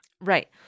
Right